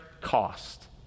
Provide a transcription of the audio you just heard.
cost